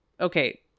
okay